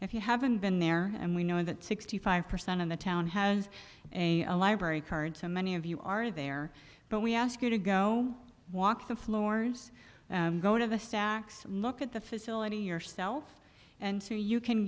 if you haven't been there and we know that sixty five percent of the town has a library card so many of you are there but we ask you to go walk the floors of the stacks and look at the facility yourself and so you can